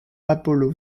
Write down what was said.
apollo